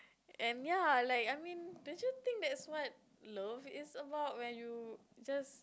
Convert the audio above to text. and ya like I mean don't you think that's what love is about when you just